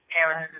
Aaron